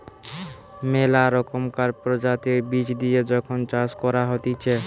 মেলা রকমকার প্রজাতির বীজ দিয়ে যখন চাষ করা হতিছে